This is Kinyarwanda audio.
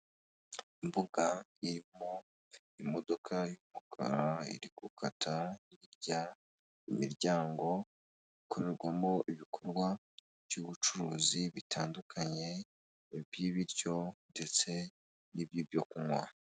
Imbuga irimo imodoka y'umukara iri gukata hirya, imiryango ikorerwamo ibikorwa by'ubucuruzi bitandukanye iby'ibiryo ndetse n'iby'ibyo kunywa.